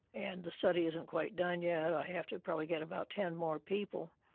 and the study isn't quite done yet. i have to probably get about ten more people.